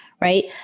right